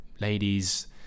ladies